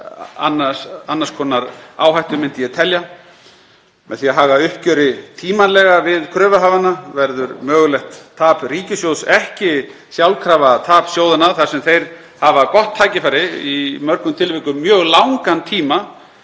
annars konar áhættu, myndi ég telja. Með því að haga uppgjöri tímanlega við kröfuhafana verður mögulegt tap ríkissjóðs ekki sjálfkrafa tap sjóðanna þar sem þeir hafa gott tækifæri, í mörgum tilvikum mjög langan tíma,